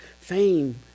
fame